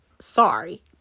Sorry